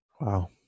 Wow